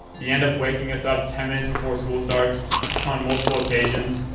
the end of waking us up ten minutes before school starts on multiple occasions,